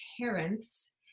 parents